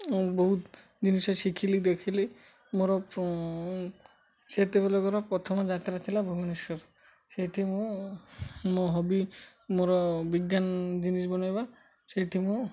ମୁଁ ବହୁତ ଜିନିଷ ଶିଖିଲି ଦେଖିଲି ମୋର ସେତେବେଳେକର ପ୍ରଥମ ଯାତ୍ରା ଥିଲା ଭୁବନେଶ୍ୱର ସେଇଠି ମୁଁ ମୋ ହବି ମୋର ବିଜ୍ଞାନ ଜିନିଷ୍ ବନାଇବା ସେଇଠି ମୁଁ